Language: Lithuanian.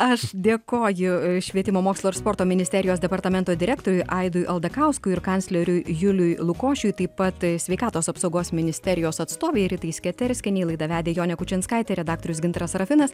aš dėkoju švietimo mokslo ir sporto ministerijos departamento direktoriui aidui aldakauskui ir kancleriui juliui lukošiui taip pat sveikatos apsaugos ministerijos atstovei ritai sketerskienei laidą vedė jonė kučinskaitė redaktorius gintaras sarafinas